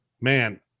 man